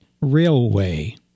Railway